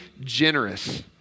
generous